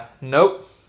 Nope